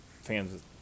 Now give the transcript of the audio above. fans